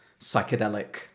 psychedelic